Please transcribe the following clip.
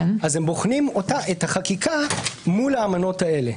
הם בוחנים את החקיקה מול האמנות האלה,